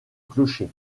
clocher